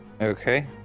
Okay